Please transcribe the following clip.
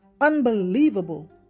unbelievable